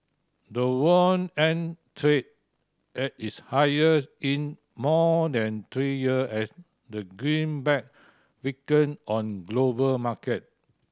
the won ended trade at its highest in more than three year as the greenback weakened on global market